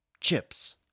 chips